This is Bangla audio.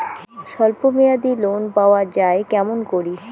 স্বল্প মেয়াদি লোন পাওয়া যায় কেমন করি?